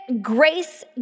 grace